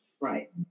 Right